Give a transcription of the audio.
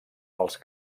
els